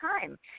time